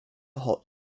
hot